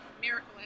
miracle